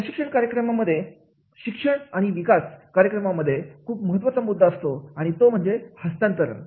प्रशिक्षण कार्यक्रमांमध्ये शिक्षण आणि विकास कार्यक्रम यामध्ये खूप महत्त्वाचा मुद्दा असतो तो म्हणजे हस्तांतरण